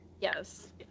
Yes